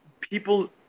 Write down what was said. people